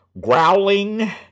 growling